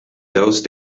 those